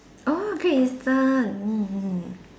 oh Great Eastern mm mm